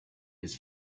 his